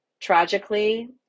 Tragically